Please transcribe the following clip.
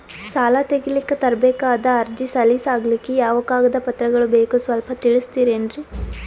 ಸಾಲ ತೆಗಿಲಿಕ್ಕ ತರಬೇಕಾದ ಅರ್ಜಿ ಸಲೀಸ್ ಆಗ್ಲಿಕ್ಕಿ ಯಾವ ಕಾಗದ ಪತ್ರಗಳು ಬೇಕು ಸ್ವಲ್ಪ ತಿಳಿಸತಿರೆನ್ರಿ?